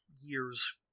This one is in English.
years